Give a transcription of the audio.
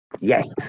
Yes